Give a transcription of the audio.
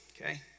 okay